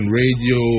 radio